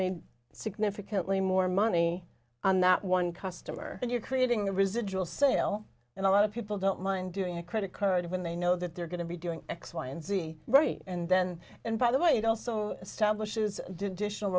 made significantly more money on that one customer and you're creating a residual sale and a lot of people don't mind doing a credit card when they know that they're going to be doing x y and z right and then and by the way it also establishes di